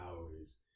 hours